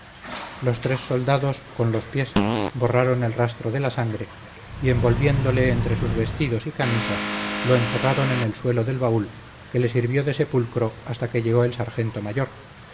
los tres soldados con los pies borraron el rastro de la sangre y envolviéndole entre sus vestidos y camisas lo encerraron en el suelo del baúl que le sirvió de sepulcro hasta que llegó el sargento mayor